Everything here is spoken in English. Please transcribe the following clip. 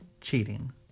cheating